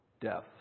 death